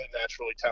naturally